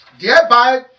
Thereby